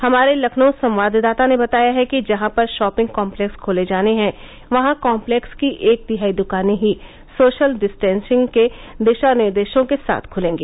हमारे लखनऊ संवाददाता ने बताया है कि जहां पर शॉपिंग कॉम्लेक्स खोले जाने हैं वहां कॉम्लेक्स की एक तिहाई दुकाने ही सोशल डिस्टेसिंग के निर्देशों के साथ खुलेंगी